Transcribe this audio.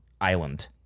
island